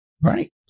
Right